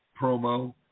promo